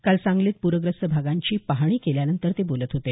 काल सांगलीत पूरग्रस्त भागांची पाहणी केल्यानंतर ते बोलत होते